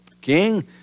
King